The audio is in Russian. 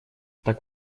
так